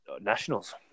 Nationals